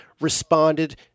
responded